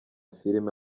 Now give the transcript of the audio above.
filime